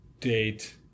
date